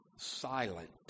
silent